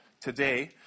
today